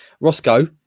Roscoe